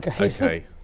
okay